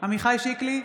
עמיחי שיקלי,